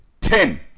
Ten